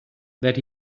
that